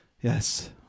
Yes